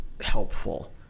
helpful